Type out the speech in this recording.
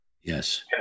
Yes